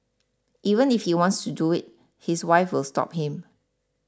even if he wants to do it his wife will stop him